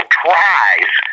tries